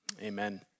Amen